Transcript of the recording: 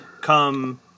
come